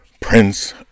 Prince